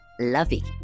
lovey